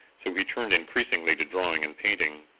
so he turned increasingly to drawing and painting.